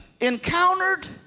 encountered